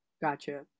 Gotcha